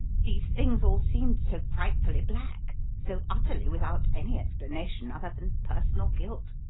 these things all seemed so frightfully black so utterly without any explanation other than personal guilt.